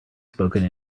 spoken